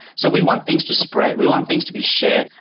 so we want things to spread. we want things to be shared,